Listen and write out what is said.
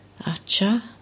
Acha